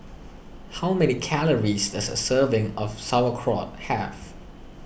how many calories does a serving of Sauerkraut have